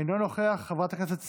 אינו נוכח, חברת הכנסת סטרוק,